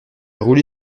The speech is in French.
roulé